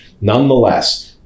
nonetheless